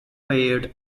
paired